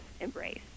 embrace